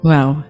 Wow